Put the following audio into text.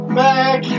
back